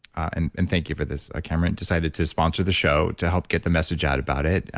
and and thank you for this, ah cameron, decided to sponsor the show to help get the message out about it,